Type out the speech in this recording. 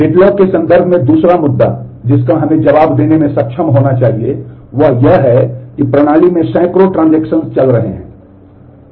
deadlock चल रहे हैं